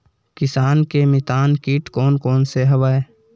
किसान के मितान कीट कोन कोन से हवय?